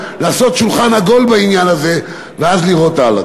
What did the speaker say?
לעשות שולחן עגול בעניין הזה ואז לראות הלאה.